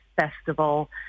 festival